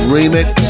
Remix